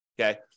okay